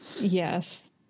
Yes